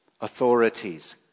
authorities